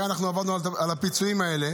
הרי אנחנו עבדנו על הפיצויים האלה